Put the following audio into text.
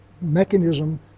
mechanism